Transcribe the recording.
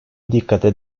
dikkate